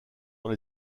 dans